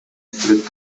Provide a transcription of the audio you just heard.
сүрөт